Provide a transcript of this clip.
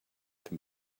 can